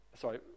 Sorry